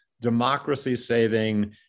democracy-saving